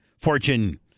Fortune